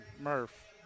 Murph